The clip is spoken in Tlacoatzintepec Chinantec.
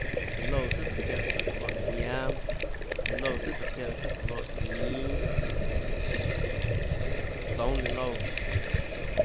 Iã loúã tsùàtróhå çiáã tsùâ tóå loèjñánâ, iã loúã tsùàtróhå çiáã tsùâ tóå loèñínâ, toúnâ ninã loúã